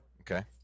Okay